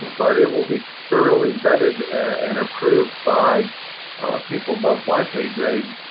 but it will be thoroughly vetted and approved by people above my pay grade.